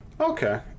Okay